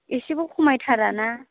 एसेबो खमायथारा ना